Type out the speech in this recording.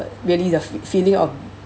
but really the fe~ feeling of